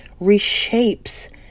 reshapes